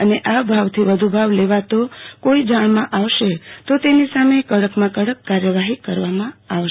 અને આ ભાવ વધુ ભાવ લેવાતા કોઈ જાણમાં આવશે તો તેની સામે કડક કાર્યવાહી કરવામાં આવશે